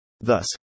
Thus